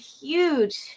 huge